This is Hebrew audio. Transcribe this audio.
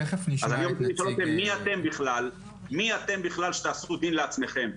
אז אני אומר מי אתם בכלל שתעשו דין לעצמכם.